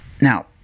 Now